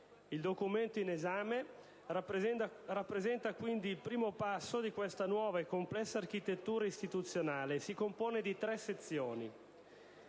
Il Documento in esame rappresenta quindi il primo passo di questa nuova e complessa architettura istituzionale e si compone di tre sezioni: